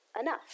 enough